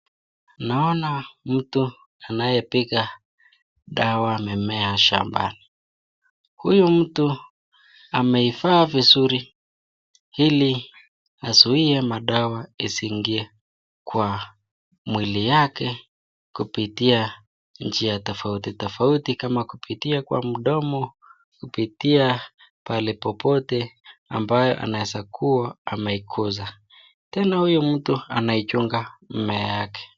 Naona mtu anayepiga dawa mimmea shambani. Huyu mtu ameivaa vizuri ili azuie madawa isiingie kwa mwili yake kupitia njia tofauti tofauti kama kupitia kwa mdomo, kupitia pahali popote ambayo inaweza kuwa pameiguza. Tena huyu mtu anaichunga mimmea yake.